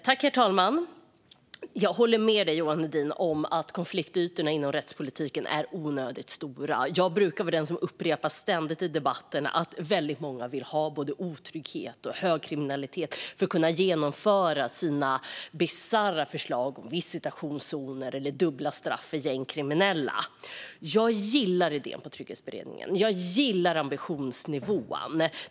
Herr talman! Jag håller med Johan Hedin om att konfliktytorna inom rättspolitiken är onödigt stora. Jag brukar vara den som ständigt upprepar i debatterna att många vill ha otrygghet och hög kriminalitet för att kunna genomföra sina bisarra förslag om visitationszoner eller dubbla straff för gängkriminella. Jag gillar idén med denna trygghetsberedning. Jag gillar ambitionsnivån.